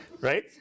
Right